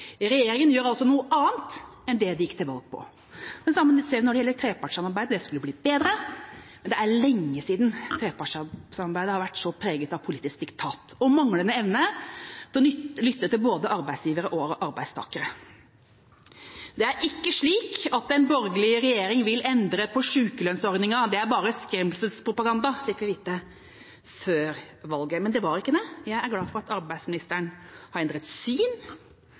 Regjeringa gjør altså noe annet enn det den gikk til valg på. Det samme ser vi når det gjelder trepartssamarbeidet: Det skulle bli bedre, men det er lenge siden trepartssamarbeidet har vært så preget av politisk diktat og manglende evne til å lytte til både arbeidsgivere og arbeidstakere. Det er ikke slik at en borgerlig regjering vil endre på sykelønnsordninga, det er bare skremselspropaganda, fikk vi vite før valget. Men det var ikke det. Jeg er glad for at arbeidsministeren har endret syn